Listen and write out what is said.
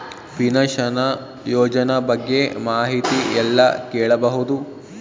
Pension ಯೋಜನ ಬಗ್ಗೆ ಮಾಹಿತಿ ಎಲ್ಲ ಕೇಳಬಹುದು?